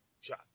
shot